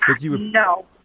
no